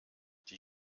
die